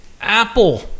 Apple